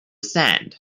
sand